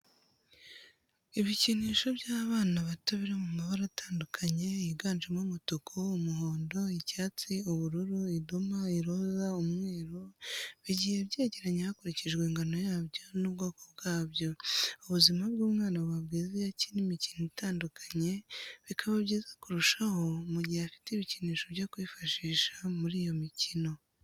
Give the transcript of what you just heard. Ibikinisho by'abana bato biri mu mabara atandukanye yiganjemo umutuku, umuhondo, icyatsi, ubururu, idoma, iroza, umweru, bigiye byegeranye hakurikijwe ingano yabyo n'ubwoko bwabyo ubuzima bw'umwana buba bwiza iyo akina imikino itandukanye, bikaba byiza kurushaho mu gihe afite ibikinisho byo kwifashisha muri iyo mikino.